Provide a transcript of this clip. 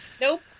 Nope